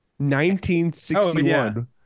1961